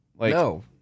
No